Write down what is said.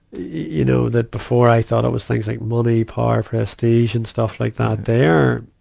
you know, that before i thought it was things like money, power, prestige, and stuff like that there.